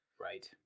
Right